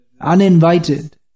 uninvited